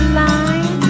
line